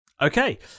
Okay